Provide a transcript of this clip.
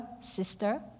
sister